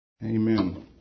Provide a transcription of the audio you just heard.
Amen